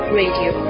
radio